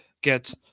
get